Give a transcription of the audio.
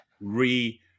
re